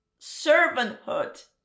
servanthood